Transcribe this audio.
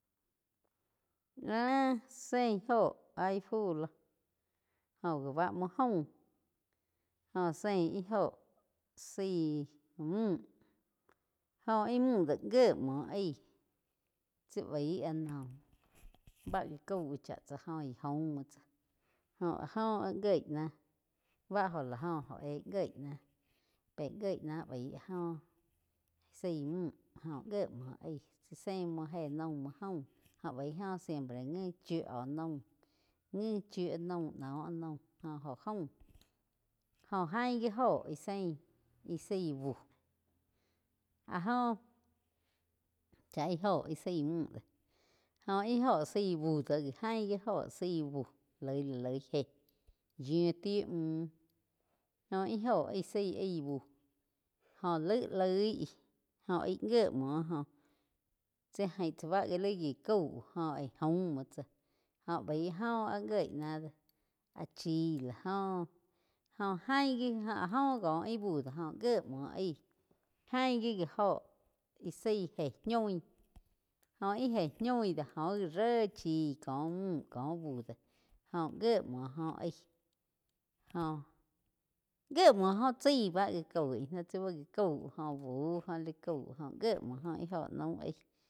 Áhh zeín óho áh íh fu lo joh gi báh múo gaum óh zeín íh óho zái múhh óho íh múh do gíe múo aíh tsi baí áh noh bá gá caú chá tsá joh íh aum múo tsáh jóh áh óh áh gíe náh. Báh óh la jo óh éh gíe náh pe giéh náh baí áh joh zái múh oh gíe muo aí zé múo héh naum múo gaumm baíh óh siempre ngi chiu oh naumm ngi chíu naum nóh naum jó aum jóh ain gi óho íh zeín zaí búh áh joh chá ih óho íh zaí múhh de oh íh óho zaí buh do gi áin óho zaí buh loi lá loi jé yíu ti múnh jó íh óh aig zaí aíh búh jóh laig loí jo aí gie múo joh tsi jain chá bá li gie caú aig jaum múo tsáh joh baíh óho áh gíe nah de áh chíh la óh jo jain gi. Áh óh kóh ih búh joh gíe múo aíg ain gi ji óho íh zaí jé ñoí óh íh jé ñoi de ré chín cóh múhh có bú de jo gíe múo jo aíg joh gíe múo jo chái báh gá coi náh tsi báh gá caú jo búh joh li caú jo gíe muo íh óho naum aí.